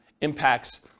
impacts